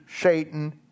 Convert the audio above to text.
Satan